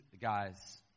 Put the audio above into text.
guys